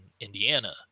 Indiana